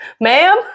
Ma'am